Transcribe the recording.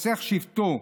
חוסך שבטו,